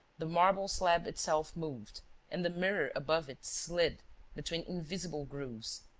the marble slab itself moved and the mirror above it slid between invisible grooves,